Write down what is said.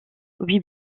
huit